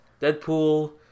Deadpool